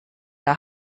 der